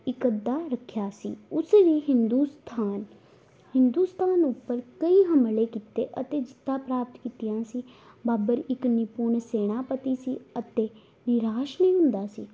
ਇਰਾਦਾ ਰੱਖਿਆ ਸੀ ਉਸ ਹੀ ਹਿੰਦੁਸਤਾਨ ਹਿੰਦੁਸਤਾਨ ਉੱਪਰ ਕਈ ਹਮਲੇ ਕੀਤੇ ਅਤੇ ਜਿੱਤਾਂ ਪ੍ਰਾਪਤ ਕੀਤੀਆਂ ਸੀ ਬਾਬਰ ਇੱਕ ਨਿਪੁੰਨ ਸੈਨਾਪਤੀ ਸੀ ਅਤੇ ਨਿਰਾਸ਼ ਨਹੀਂ ਹੁੰਦਾ ਸੀ